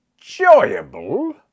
Enjoyable